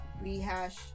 rehash